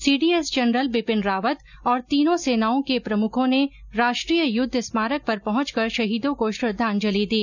CDS general Bipin Rawat और तीनों सेनाओं के प्रमुखो ने राष्ट्रीय युद्ध स्मारक पर पहुंच कर शहीदों को श्रद्धांजलि दी